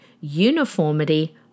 uniformity